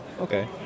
Okay